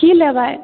की लेबै